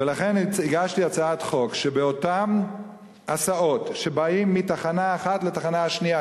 ולכן הגשתי הצעת חוק שבאותן הסעות שבאות מתחנה אחת לתחנה השנייה,